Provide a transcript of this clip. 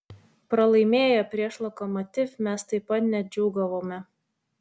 pralaimėję prieš lokomotiv mes taip pat nedžiūgavome